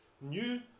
new